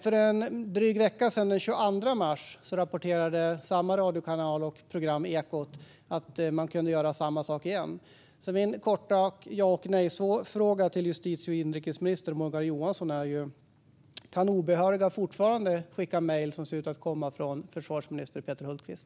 För en dryg vecka sedan, den 22 mars, rapporterade samma radiokanal och program, Ekot , att man kunde göra samma sak igen. Min korta ja-eller-nej-fråga till justitie och inrikesminister Morgan Johansson är därför: Kan obehöriga fortfarande skicka mejl som ser ut att komma från försvarsminister Peter Hultqvist?